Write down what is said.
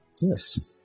yes